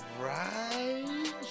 right